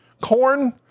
Corn